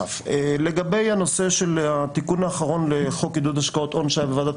לגבי הנושא של התיקון האחרון לחוק עידוד השקעות הון בוועדת